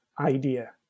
idea